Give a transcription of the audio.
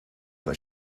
but